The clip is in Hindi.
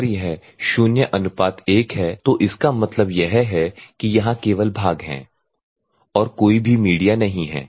अगर यह 0 1 है तो इसका मतलब यह है कि यहां केवल भाग हैं और कोई भी मीडिया नहीं है